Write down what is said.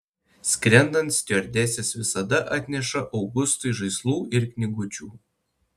skrendant stiuardesės visada atneša augustui žaislų ir knygučių